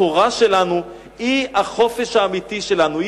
התורה שלנו היא החופש האמיתי שלנו,